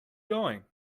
going